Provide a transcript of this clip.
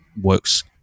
works